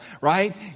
right